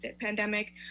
pandemic